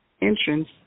entrance